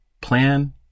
plan